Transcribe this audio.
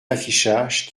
affichage